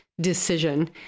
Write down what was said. decision